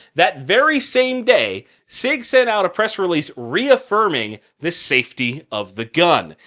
that very same day, sig sent out a press release reaffirming the safety of the gun.